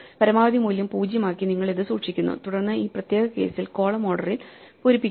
പരമാവധി മൂല്യം 0 ആക്കി നിങ്ങൾ ഇത് സൂക്ഷിക്കുന്നു തുടർന്ന് ഈ പ്രത്യേക കേസിൽ കോളം ഓർഡറിൽ പൂരിപ്പിക്കുക